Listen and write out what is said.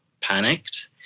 panicked